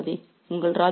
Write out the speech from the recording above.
கருத்தில் கொள்ளாதே